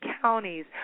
counties